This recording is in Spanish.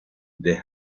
the